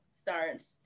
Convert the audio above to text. starts